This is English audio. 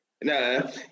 No